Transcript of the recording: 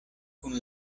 kun